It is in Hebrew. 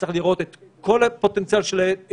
וצריך לראות את כל הפוטנציאל של המועצה